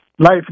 Life